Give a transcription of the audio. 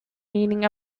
meaning